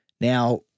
Now